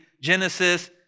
Genesis